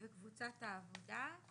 וקבוצת העבודה,